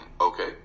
okay